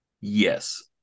yes